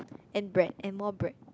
and bread and more bread